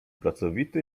pracowity